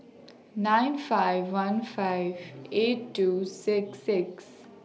nine five one five eight two six six